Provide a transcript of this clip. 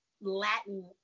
Latin